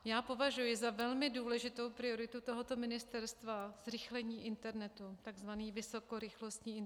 Já považuji za velmi důležitou prioritu tohoto ministerstva zrychlení internetu, takzvaný vysokorychlostní internet.